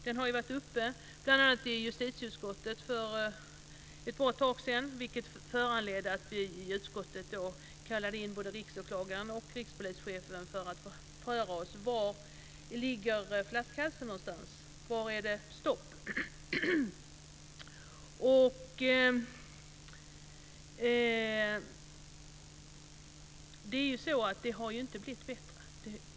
För ett bra tag sedan var diskussionen uppe i justitieutskottet, vilket föranledde utskottet att kalla in Riksåklagaren och rikspolischefen för att informera oss om var flaskhalsen låg någonstans. Var är det stopp? Det har inte blivit bättre.